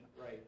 Right